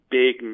big